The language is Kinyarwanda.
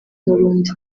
n’urundi